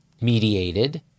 mediated